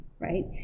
Right